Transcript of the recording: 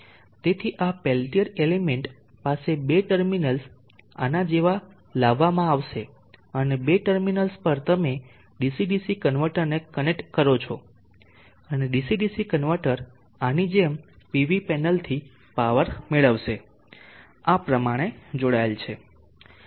તેથી આ Peltier element પાસે 2 ટર્મિનલ્સ આના જેવા લાવવામાં આવશે અને 2 ટર્મિનલ્સ પર તમે DC DC કન્વર્ટરને કનેક્ટ કરો છો અને DC DC કન્વર્ટર આની જેમ PV પેનલથી પાવર મેળવશે આ પ્રમાણે જોડાયેલ છે